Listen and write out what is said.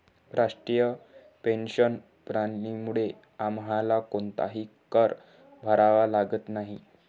राष्ट्रीय पेन्शन प्रणालीमुळे आम्हाला कोणताही कर भरावा लागत नाही